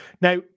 Now